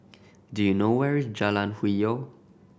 do you know where is Jalan Hwi Yoh